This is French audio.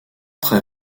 très